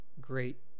great